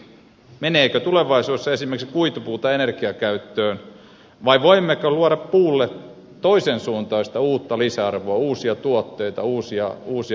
meneekö tulevaisuudessa esimerkiksi kuitupuuta energiakäyttöön vai voimmeko luoda puulle toisensuuntaista uutta lisäarvoa uusia tuotteita uusia konsepteja